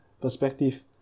perspective